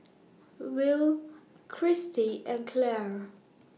Will Christie and Claire